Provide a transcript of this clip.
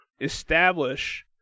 establish